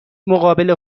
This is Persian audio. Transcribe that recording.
مقابل